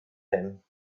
him